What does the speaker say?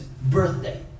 birthday